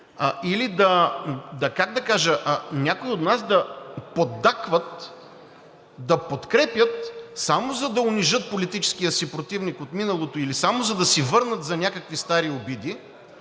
безучастно, или някои от нас да поддакват, да подкрепят само за да унижат политическия си противник от миналото или само за да си върнат за някакви стари обиди,